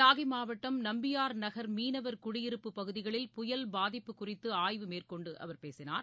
நாகை மாவட்டம் நம்பியார் நகர் மீனவர் குடியிருப்பு பகுதிகளில் புயல் பாதிப்பு குறித்து ஆய்வு மேற்கொண்டு அவர் பேசினார்